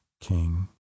king